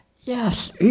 Yes